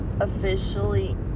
officially